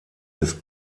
des